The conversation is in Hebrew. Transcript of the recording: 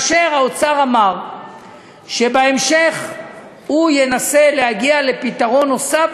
והאוצר אמר שבהמשך הוא ינסה להגיע לפתרון נוסף,